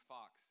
Fox